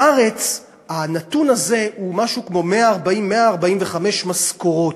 בארץ הנתון הזה הוא משהו כמו 140, 145 משכורות.